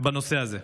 בנושא הזה.